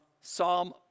Psalm